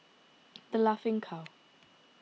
the Laughing Cow